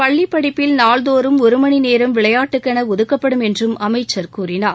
பள்ளிப் படிப்பில் நாள்தோறும் ஒருமணிநேரம் விளையாட்டுக்கென ஒதுக்கப்படும் என்றும் அமைச்சர் கூறினார்